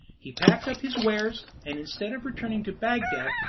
he packed up his wares, and instead of returning to bagdad,